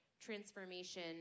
transformation